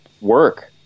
work